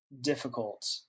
difficult